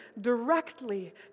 directly